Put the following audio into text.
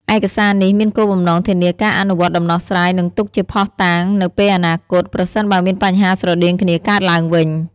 ឯកសារនេះមានគោលបំណងធានាការអនុវត្តដំណោះស្រាយ និងទុកជាភស្តុតាងនៅពេលអនាគត ប្រសិនបើមានបញ្ហាស្រដៀងគ្នាកើតឡើងវិញ។